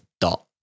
dot